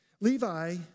Levi